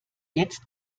jetzt